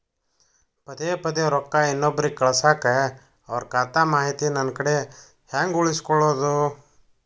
ಪದೆ ಪದೇ ರೊಕ್ಕ ಇನ್ನೊಬ್ರಿಗೆ ಕಳಸಾಕ್ ಅವರ ಖಾತಾ ಮಾಹಿತಿ ನನ್ನ ಕಡೆ ಹೆಂಗ್ ಉಳಿಸಿಕೊಳ್ಳೋದು?